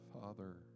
father